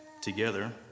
together